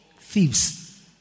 Thieves